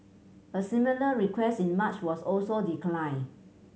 a similar request in March was also declined